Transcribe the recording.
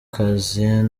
cassien